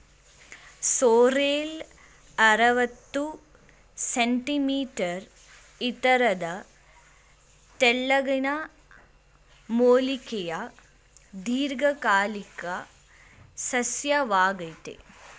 sorrel ಅರವತ್ತು centimetre ಎತ್ತರದ ತೆಳ್ಳಗಿನ ಮೂಲಿಕೆಯ ದೀರ್ಘಕಾಲಿಕ ಸಸ್ಯವಾಗಯ್ತೆ